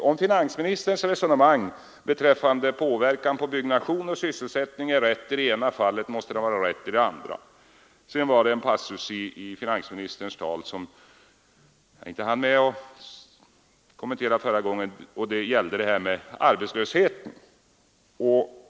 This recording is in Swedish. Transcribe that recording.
Om finansministerns resonemang beträffande påverkan på byggnation och sysselsättning är riktigt, måste detta resonemang också vara riktigt i det andra fallet. Det var en passus i finansministerns anförande som jag inte hann kommentera i min förra replik. Det gällde arbetslösheten.